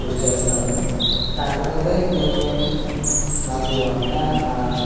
కృషి చేస్తాము కాకపోతే నేను నాకు వంట